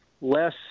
less